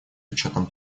учетом